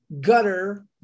gutter